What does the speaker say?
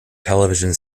television